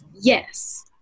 yes